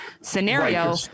scenario